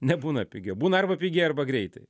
nebūna pigiau būna arba pigiai arba greitai